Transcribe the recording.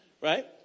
right